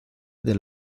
del